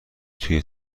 توی